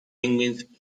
penguin